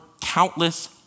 countless